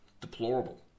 deplorable